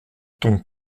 ton